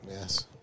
Yes